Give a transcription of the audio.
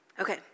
Okay